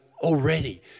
already